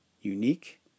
unique